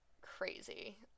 crazy